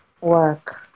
Work